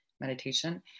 meditation